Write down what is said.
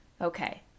okay